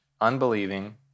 unbelieving